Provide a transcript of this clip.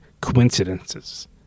coincidences